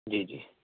جی جی